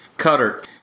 Cutter